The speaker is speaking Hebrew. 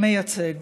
מייצג.